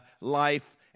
life